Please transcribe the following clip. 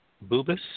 Bubis